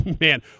man